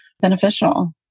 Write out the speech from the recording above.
beneficial